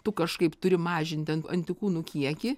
tu kažkaip turi mažint antikūnų kiekį